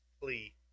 plea